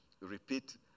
repeat